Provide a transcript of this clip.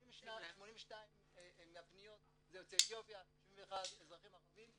82 מהפניות הם מיוצאי אתיופיה, 71 אזרחים ערבים.